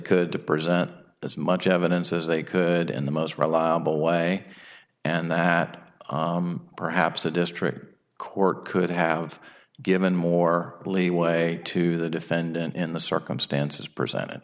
could to present as much evidence as they could in the most reliable way and that perhaps the district court could have given more leeway to the defendant in the circumstances presented